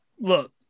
look